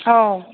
ꯑꯧ